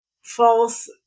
false